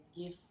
give